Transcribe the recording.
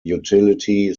utility